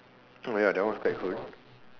oh my god that one also quite cool